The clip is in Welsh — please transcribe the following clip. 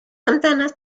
amdanat